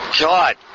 God